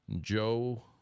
Joe